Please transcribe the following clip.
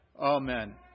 Amen